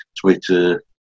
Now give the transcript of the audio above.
Twitter